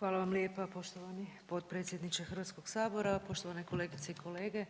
Hvala vam lijepa poštovani potpredsjedniče HS, poštovane kolegice i kolege,